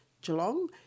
Geelong